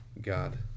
God